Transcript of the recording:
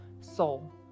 soul